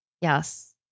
Yes